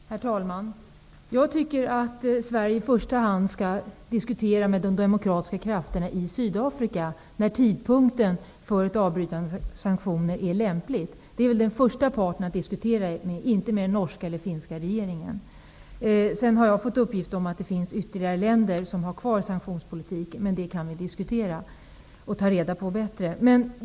Herr talman! Jag tycker att Sverige i första hand skall diskutera med de demokratiska krafterna i Sydafrika när tidpunkten för ett avbrytande av sanktionerna är lämplig. Det är väl den första parten att diskutera med, inte med den norska eller den finska regeringen. Jag har dessutom fått uppgift om att det finns länder som har kvar sanktionspolitiken. Men det kan vi diskutera och ta reda på bättre.